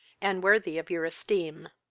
and worthy of your esteem.